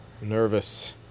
Nervous